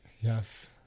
yes